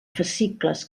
fascicles